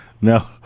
No